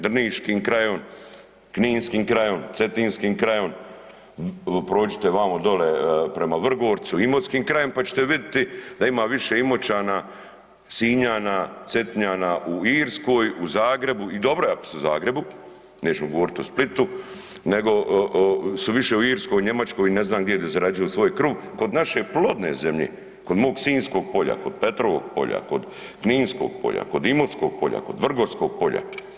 Drniškim krajem, kninskim krajem, cetinskim krajem, prođite vamo dole prema Vrgorcu imotskim krajem pa ćete vidjeti da ima više Imoćana, Sinjana, Cetinjana u Irskoj, u Zagrebu i dobro je ako su u Zagrebu, nećemo govoriti o Splitu, nego su više u Irskoj, Njemačkoj i ne znam gdje da zarađuju svoj kruh, kod naše plodne zemlje, kod mog Sinjskog polja, kod Petrovog polja, kod Kninskog polja, kod Imotskog polja, kod Vrgorskog polja.